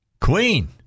Queen